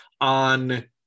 on